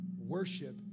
Worship